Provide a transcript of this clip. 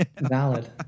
valid